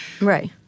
Right